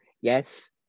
yes